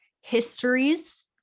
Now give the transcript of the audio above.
histories